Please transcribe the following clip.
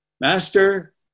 Master